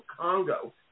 Congo